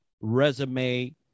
resume